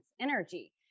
energy